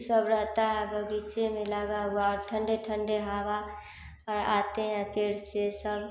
सब रहता है बगीचे में लगा हुआ और ठंडे ठंडे हवा और आते हैं फिर से सब